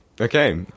Okay